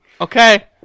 Okay